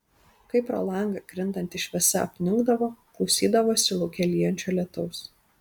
kai pro langą krintanti šviesa apniukdavo klausydavosi lauke lyjančio lietaus